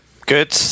good